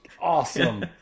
awesome